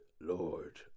Lord